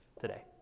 today